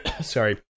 sorry